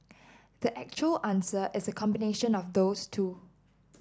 the actual answer is a combination of those two